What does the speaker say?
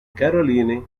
caroline